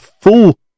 fool